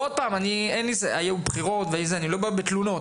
ושוב, היו בחירות, ואני לא בא בתלונות.